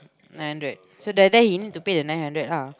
nine hundred so that day he need to pay the nine hundred ah